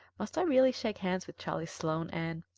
must i really shake hands with charlie sloane, anne?